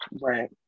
Right